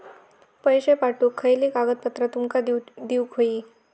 पैशे पाठवुक खयली कागदपत्रा तुमका देऊक व्हयी?